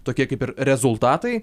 tokie kaip ir rezultatai